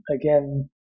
again